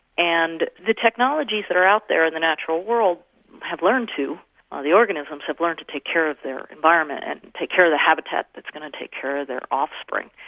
and the technologies that are out there in the natural world have learned to, and ah the organisms have learned to take care of their environment and take care of the habitats that's going to take care of their offspring.